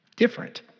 Different